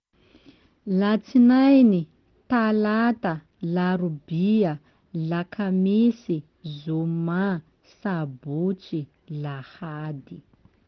Latsinainy, Talata, Larobia, Lakamisy, Zoma, Sabotsy, Lahady.